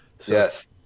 Yes